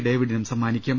ഡേവിഡിനും സമ്മാനിക്കും